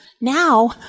Now